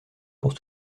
pour